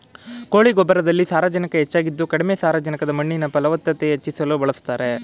ಕೋಳಿ ಗೊಬ್ಬರದಲ್ಲಿ ಸಾರಜನಕ ಹೆಚ್ಚಾಗಿದ್ದು ಕಡಿಮೆ ಸಾರಜನಕದ ಮಣ್ಣಿನ ಫಲವತ್ತತೆ ಹೆಚ್ಚಿಸಲು ಬಳಸ್ತಾರೆ